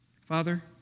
Father